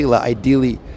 ideally